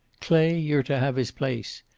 clay, you're to have his place.